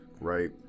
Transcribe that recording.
Right